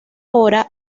ahora